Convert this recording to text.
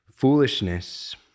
Foolishness